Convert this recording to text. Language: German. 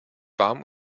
warm